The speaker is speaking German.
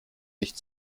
nicht